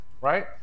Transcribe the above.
right